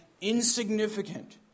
insignificant